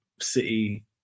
City